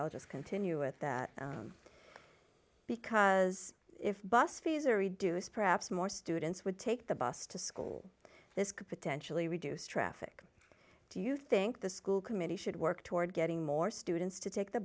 i'll just continue with that because if bus fees are reduce perhaps more students would take the bus to school this could potentially reduce traffic do you think the school committee should work toward getting more students to take the